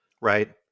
Right